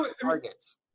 targets